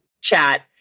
chat